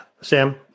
Sam